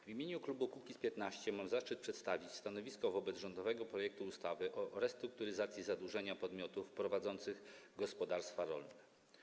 W imieniu klubu Kukiz’15 mam zaszczyt przedstawić stanowisko wobec rządowego projektu ustawy o restrukturyzacji zadłużenia podmiotów prowadzących gospodarstwa rolne.